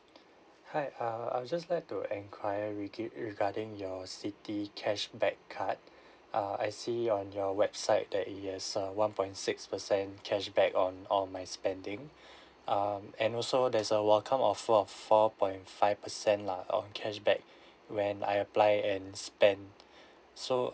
hi err I will just like to enquiry rege~ regarding your citi cashback card uh I see on your website that it has uh one point six percent cashback on all of my spending um and also there's a welcome offer of four point five percent lah on cashback went I apply and spent so